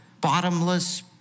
bottomless